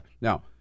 Now